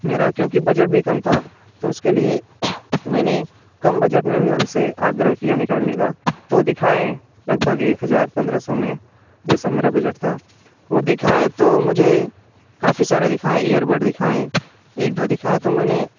मेरा क्योंकि बजट भी कम था तो उसके लिए मैंने कम बजट में भी उन से आग्रह किया निकालने का तो दिखाए लगभग एक हज़ार पंद्रह सौ में जैसा मेरा बजट था वो दिखाए तो मुझे काफ़ी सारा दिखाए ईयरबड दिखाए एक दो दिखाए तो मैंने